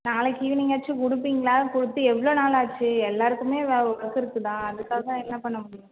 நாளைக்கு ஈவினிங்காச்சும் கொடுப்பீங்களா கொடுத்து எவ்வளோ நாளாச்சு எல்லாருக்குமே வே ஒர்க் இருக்குதான் அதுக்காக என்ன பண்ண முடியும்